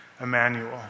Emmanuel